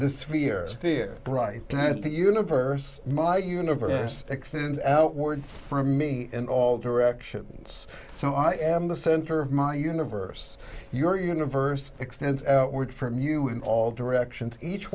this fear fear brighteyes the universe my universe extends outward for me in all directions so i am the center of my universe your universe extends outward from you in all directions each